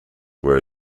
where